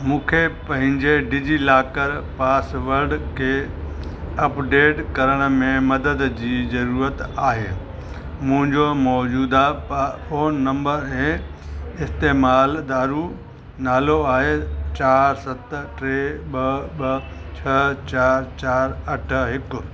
मूंखे पंहिंजे DigiLocker password खे अपडेट करण में मदद जी ज़रूरत आहे मुंहिंजो मौजूदा प फ़ोन नम्बर ऐं इस्तेमालु दारु नालो आहे चार सत टे ॿ ॿ छ चार चार अठ हिकु